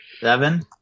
Seven